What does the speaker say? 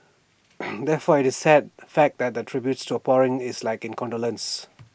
therefore IT is A sad fact that the tributes are pouring is like condolences